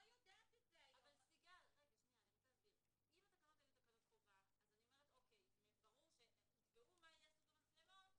אם הן היו חובה אז ברור שיקבעו מה יהיה סוג המצלמות.